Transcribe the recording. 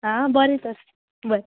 आं बरें तर बरें